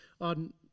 on